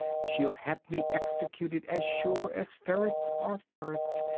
she'll have me executed, as sure as ferrets are ferrets!